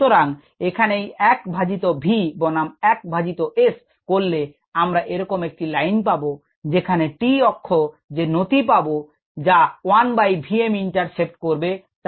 সুতরাং এখানেই 1 ভাজিত v বনাম 1 ভাজিত S করলে আমরা এরকম একটি লাইন পাবো যেখানে t অক্ষ যে নতি পাবো যা 1বাই vm ইন্টারসেপ্ট করবে তা Km বাই vm